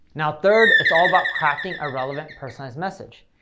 now third, it's all about crafting a relevant, personalized message.